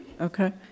Okay